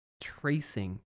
tracing